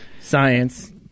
Science